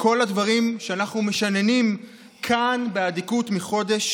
כל הדברים שאנחנו משננים כאן באדיקות מחודש